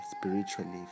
spiritually